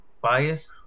bias